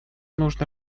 нужно